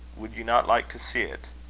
would you not like to see it?